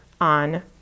on